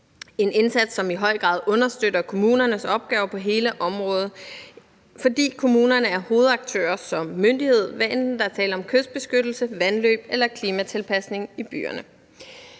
en indsats, som i høj grad understøtter kommunernes opgave på hele området, fordi kommunerne er hovedaktør som myndighed, hvad enten der er tale om kystbeskyttelse, vandløb eller klimatilpasning i byerne.